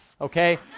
Okay